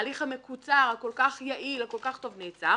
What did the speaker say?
ההליך המקוצר, הכול כך יעיל, הכול כך טוב נעצר,